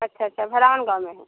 अच्छा अच्छा भरावन गाँव में